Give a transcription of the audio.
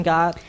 God